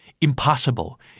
Impossible